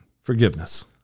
forgiveness